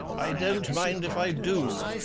i don't mind if i do,